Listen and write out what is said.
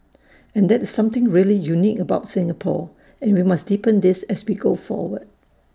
and that is something really unique about Singapore and we must deepen this as we go forward